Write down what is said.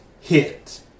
hit